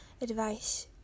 advice